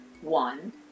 one